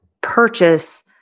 purchase